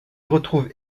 retrouve